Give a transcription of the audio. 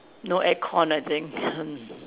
no aircon I think hmm